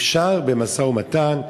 אפשר במשא-ומתן,